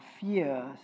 fears